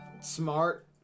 Smart